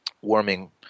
warming